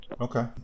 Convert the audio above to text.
okay